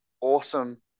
awesome